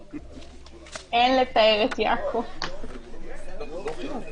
המילה: "הצהרה", יבוא: "ככל הניתן".